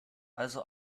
also